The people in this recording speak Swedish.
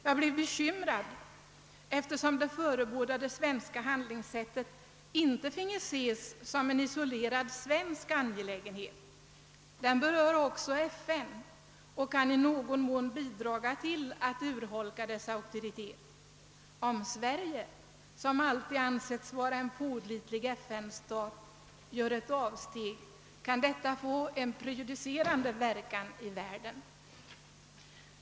Jag blev bekymrad, eftersom det förebådade svenska handlingssättet inte finge ses som en isolerad svensk angelägenhet. Det berör också FN och kan i någon mån bidraga till att urholka dess auktoritet. Om Sverige, som alltid ansetts vara en pålitlig FN-stat, gör ett avsteg, kan detta få en prejudicerande verkan i världen.